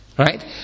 Right